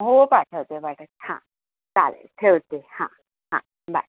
हो पाठवते पाठव हां चालेल ठेवते हां हां बाय